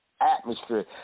atmosphere